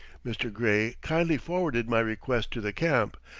mr. gray kindly forwarded my request to the camp,